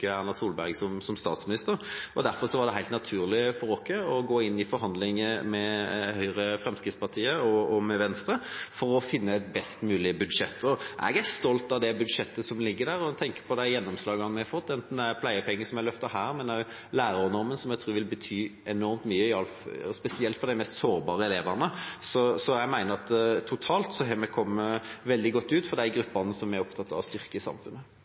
Erna Solberg som statsminister. Derfor var det helt naturlig for oss å gå inn i forhandlinger med Høyre, Fremskrittspartiet og Venstre for å få til et best mulig budsjett. Jeg er stolt av det budsjettet som ligger der, når jeg tenker på det gjennomslaget vi har fått – enten det er pleiepenger, som er løftet her, eller lærernormen, som jeg tror vil bety enormt mye, spesielt for de mest sårbare elevene. Jeg mener at vi totalt er kommet veldig godt ut av det for de gruppene som vi er opptatt av å styrke i samfunnet.